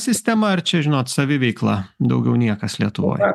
sistema ar čia žinot saviveikla daugiau niekas lietuvoj